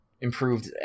improved